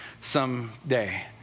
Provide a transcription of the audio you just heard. someday